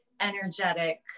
energetic